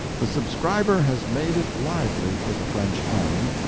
the subscriber has made it lively for the french army,